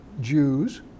Jews